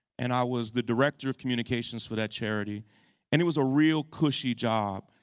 and i was the director of communications for that charity and it was a real cushy job.